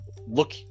look